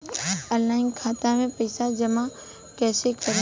Online खाता मे पईसा जमा कइसे करेम?